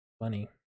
funny